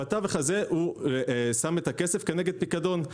בתווך הזה הוא שם את הכסף כנגד פיקדון.